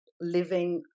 living